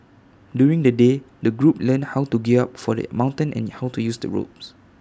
during the day the group learnt how to gear up for the mountain and IT how to use the ropes